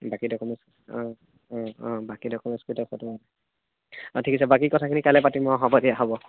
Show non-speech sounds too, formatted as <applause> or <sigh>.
বাকি ডকুমেণ্টছ অঁ অঁ <unintelligible> অঁ ঠিক আছে বাকী কথাখিনি কাইলৈ পাতিম অঁ হ'ব দিয়া হ'ব